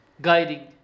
guiding